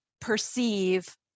perceive